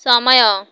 ସମୟ